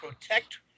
protect